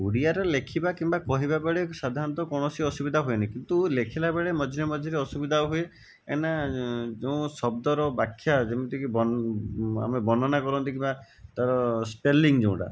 ଓଡ଼ିଆରେ ଲେଖିବା କିମ୍ବା କହିବା ବେଳେ ସାଧାରଣତଃ କୌଣସି ଅସୁବିଧା ହୁଏ ନାହିଁ କିନ୍ତୁ ଲେଖିଲା ବେଳେ ମଝିରେ ମଝିରେ ଅସୁବିଧା ହୁଏ କାହିଁନା ଯେଉଁ ଶବ୍ଦର ବ୍ୟାଖ୍ୟା ଯେମିତିକି ଆମେ ବର୍ଣ୍ଣନା କରନ୍ତି କିମ୍ବା ତାର ସ୍ପେଲିଂ ଯୋଉଁଟା